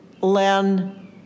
learn